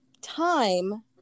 time